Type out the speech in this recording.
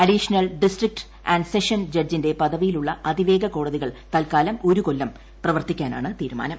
additional district and sessions ജഡ്ജിന്റെ പദവിയിലുള്ള അതിവേഗ കോടതികൾ തൽക്കാലം ഒരു കൊല്ലം പ്രവർത്തിക്കാനാണ് തീരുമാനം